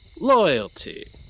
loyalty